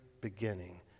beginning